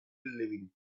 living